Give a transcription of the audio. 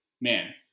man